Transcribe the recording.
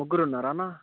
ముగ్గురున్నారా అన్నా